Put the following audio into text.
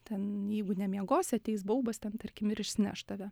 ten jeigu nemiegosi ateis baubas ten tarkim ir išsineš tave